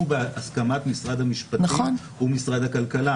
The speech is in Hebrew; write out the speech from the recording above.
בהסכמת משרד המשפטים ומשרד הכלכלה.